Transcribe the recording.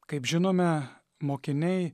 kaip žinome mokiniai